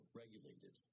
regulated